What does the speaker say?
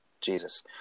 Jesus